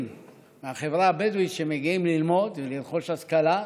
מהחברה הבדואית שמגיעים ללמוד ולרכוש השכלה.